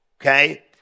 okay